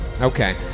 Okay